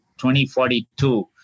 2042